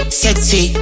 sexy